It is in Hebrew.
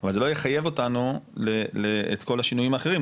אבל זה לא יחייב אותנו את כל השינויים האחרים.